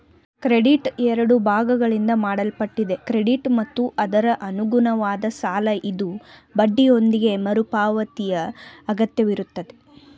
credit ಎರಡು ಭಾಗಗಳಿಂದ ಮಾಡಲ್ಪಟ್ಟಿದೆ ಕ್ರೆಡಿಟ್ ಮತ್ತು ಅದರಅನುಗುಣವಾದ ಸಾಲಇದು ಬಡ್ಡಿಯೊಂದಿಗೆ ಮರುಪಾವತಿಯಅಗತ್ಯವಿರುತ್ತೆ